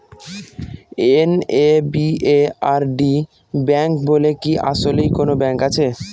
NABARD bank বলে কি আসলেই কোনো ব্যাংক আছে?